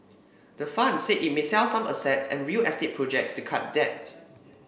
the fund said it may sell some assets and real estate projects to cut debt